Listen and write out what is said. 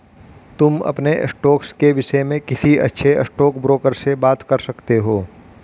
तुम अपने स्टॉक्स के विष्य में किसी अच्छे स्टॉकब्रोकर से बात कर सकते हो